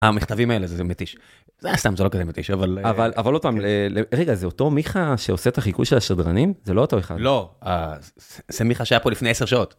המכתבים האלה זה מתיש, זה סתם, זה לא כזה מתיש, אבל... אבל עוד פעם, רגע, זה אותו מיכה שעושה את החיקוי של השדרנים? זה לא אותו אחד? לא, זה מיכה שהיה פה לפני עשר שעות.